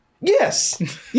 yes